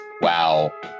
Wow